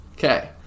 Okay